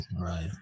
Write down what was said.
right